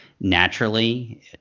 naturally